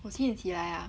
你几点起来啊